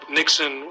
Nixon